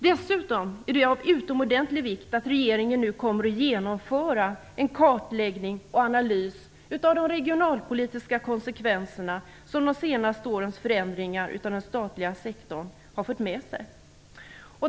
Dessutom är det av utomordentlig vikt att regeringen nu kommer att genomföra en kartläggning och analys av de regionalpolitiska konsekvenserna som de senaste åren förändringar av den statliga sektorn har fört med sig.